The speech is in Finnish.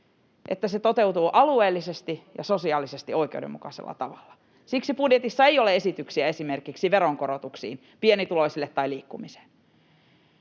että se toteutuu alueellisesti ja sosiaalisesti oikeudenmukaisella tavalla. Siksi budjetissa ei ole esityksiä esimerkiksi veronkorotuksiin pienituloisille tai liikkumiseen.